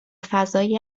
فضای